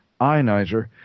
ionizer